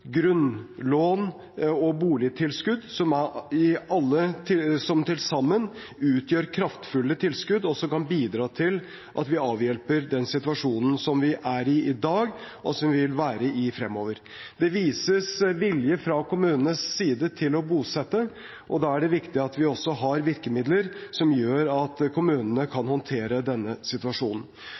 grunnlån og boligtilskudd, som til sammen utgjør kraftfulle tilskudd, og som kan bidra til at vi avhjelper den situasjonen som vi er i i dag, og som vi vil være i fremover. Det vises vilje fra kommunenes side til å bosette, og da er det viktig at vi også har virkemidler som gjør at kommunene kan håndtere denne situasjonen.